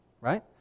Right